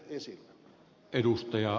arvoisa puhemies